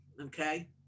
Okay